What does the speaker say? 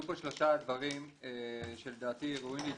פה שלושה דברים שלדעתי ראויים להתייחסות.